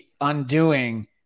undoing